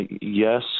yes